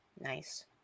Nice